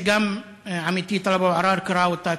שגם עמיתי טלב אבו עראר קרא אותה,